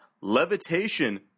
levitation